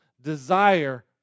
desire